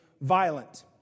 violent